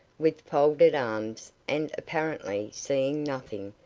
with folded arms and apparently seeing nothing,